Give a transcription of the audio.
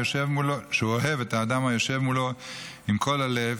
שהוא אוהב את האדם היושב מולו עם כל הלב,